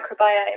microbiome